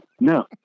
No